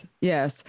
yes